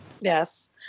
Yes